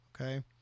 okay